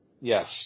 yes